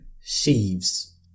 sheaves